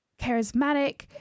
charismatic